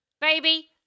baby